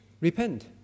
repent